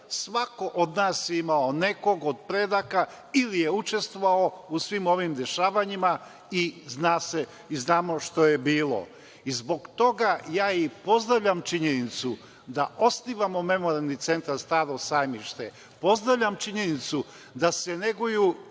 svako od nas je imao nekog od predaka ili je učestvovao u svim ovim dešavanjima i znamo šta je bilo. Zbog toga ja i pozdravljam činjenicu da osnivamo Memorijalni centar „Staro Sajmište“. Pozdravljam činjenicu da se neguju